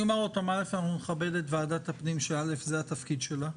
אנחנו נכבד את ועדת הפנים שזה התפקיד שלה.